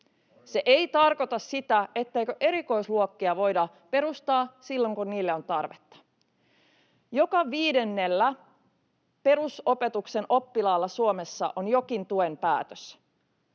Se ei tarkoita sitä, etteikö erikoisluokkia voida perustaa silloin, kun niille on tarvetta. Joka viidennellä perusopetuksen oppilaalla Suomessa on jokin tuen päätös.